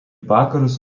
vakarus